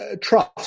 Trust